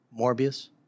Morbius